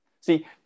See